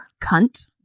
cunt